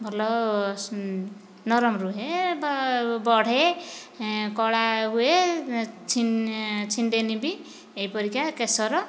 ଭଲ ନରମ ରୁହେ ବା ବଢେ କଳା ହୁଏ ଛିଣ୍ଡେନି ବି ଏହି ପରିକା କେଶର